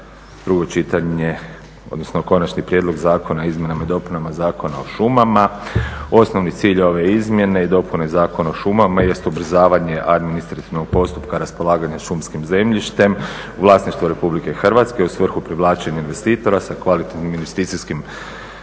drugo čitanje odnosno Konačni prijedlog Zakona o izmjenama i dopunama Zakona o šumama. Osnovni cilj ove izmjene i dopune Zakona o šumama jest ubrzavanje administrativnog postupka raspolaganja šumskim zemljištem u vlasništvu RH u svrhu privlačenja investitora sa kvalitetnim investicijskim